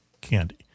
candy